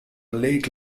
lake